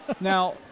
Now